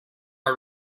are